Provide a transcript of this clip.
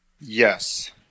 Yes